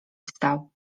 wstał